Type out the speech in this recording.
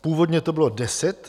Původně to bylo deset.